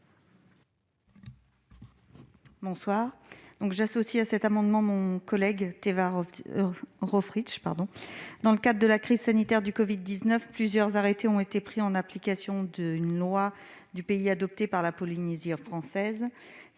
rectifié. J'associe à cet amendement, mon collègue Teva Rohfritsch. Dans le cas de la crise sanitaire du covid-19, plusieurs arrêtés ont été pris en application d'une loi de pays adoptée par la Polynésie française.